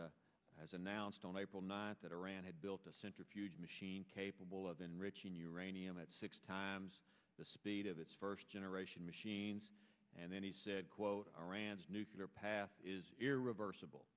has announced on april ninth that iran had built a centrifuge machine capable of enriching uranium at six times the speed of its first generation machines and then he said quote iran's nuclear path is irreversible